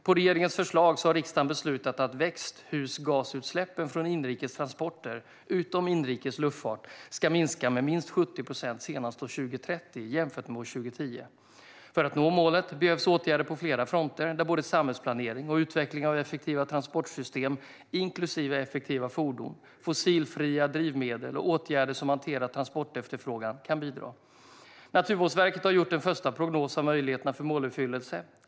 På regeringens förslag har riksdagen beslutat att växthusgasutsläppen från inrikes transporter - utom inrikes luftfart - ska minska med minst 70 procent senast år 2030 jämfört med år 2010. För att nå målet behövs åtgärder på flera fronter där både samhällsplanering och utveckling av effektiva transportsystem, inklusive effektiva fordon, fossilfria drivmedel och åtgärder som hanterar transportefterfrågan, kan bidra. Naturvårdsverket har gjort en första prognos av möjligheterna för måluppfyllelse.